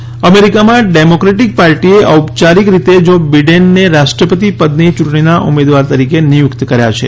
day મોક્રેટ્સ અમેરીકામાં Democratic પાર્ટીએ ઔપયારિક રીતે જો બિડેનને રાષ્ટ્રપતિ પદની યૂટણીના ઉમેદવાર તરીકે નિયુક્ત કર્યા છે